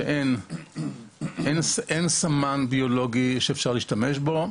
היא שאין סמן ביולוגי שאפשר להשתמש בו.